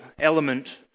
element